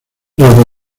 los